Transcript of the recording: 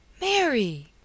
Mary